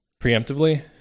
preemptively